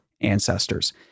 ancestors